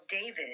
David